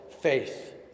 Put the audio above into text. faith